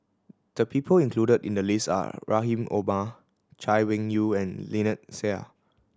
the people included in the list are Rahim Omar Chay Weng Yew and Lynnette Seah